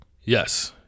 Yes